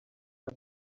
ngo